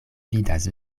vidas